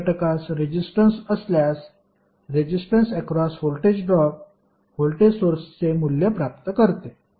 circuit घटकास resistance असल्यास resistance across voltage drop voltage सोर्सचे मूल्य प्राप्त करते